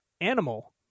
Animal